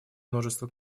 множества